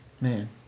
man